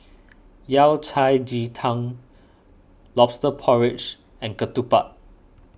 Yao Cai Ji Tang Lobster Porridge and Ketupat